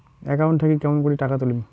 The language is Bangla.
একাউন্ট থাকি কেমন করি টাকা তুলিম?